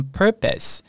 purpose